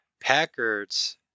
Packard's